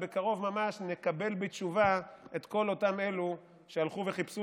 ובקרוב ממש נקבל בתשובה את כל אותם אלו שהלכו וחיפשו